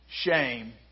Shame